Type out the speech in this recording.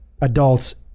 adults